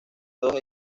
todos